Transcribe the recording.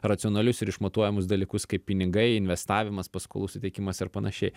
racionalius ir išmatuojamus dalykus kaip pinigai investavimas paskolų suteikimas ir panašiai